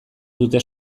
dute